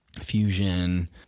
fusion